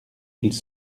ils